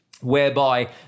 whereby